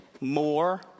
more